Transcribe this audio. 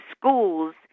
schools